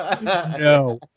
no